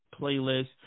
playlist